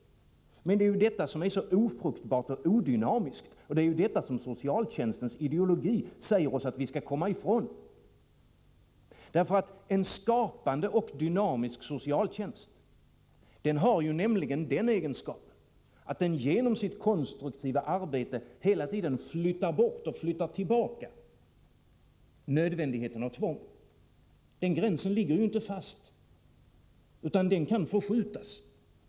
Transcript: Detta är ofruktbart och odynamiskt, någonting som socialtjänstens ideologi säger att vi måste komma ifrån. En skapande och dynamisk socialtjänst har nämligen den egenskapen att den genom konstruktivt arbete hela tiden flyttar bort och flyttar tillbaka nödvändigheten av tvång. Gränsen för tvång ligger ju inte fast, utan den kan förskjutas.